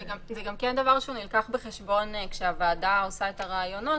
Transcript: זה גם דבר שנלקח בחשבון כשהוועדה עושה את הראיונות,